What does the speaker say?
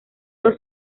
los